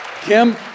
Kim